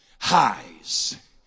highs